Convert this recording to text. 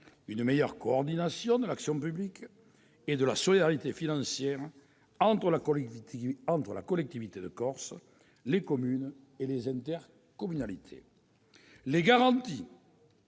de mieux coordonner l'action publique et la solidarité financière entre la collectivité de Corse, les communes et leurs intercommunalités. Ensuite,